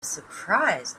surprised